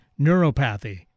neuropathy